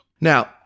Now